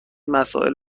مسائل